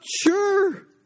sure